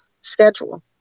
schedule